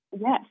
Yes